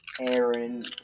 Aaron